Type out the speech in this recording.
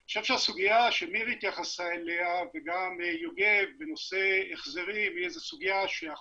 אני חושבת, אם אני אגיד משהו, זה שכל מה